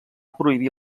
prohibir